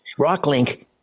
Rocklink